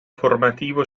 formativo